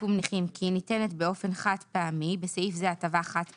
שיקום נכים כי היא ניתנת באופן חד פעמי (בסעיף זה הטבה חד פעמית),